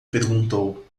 perguntou